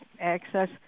access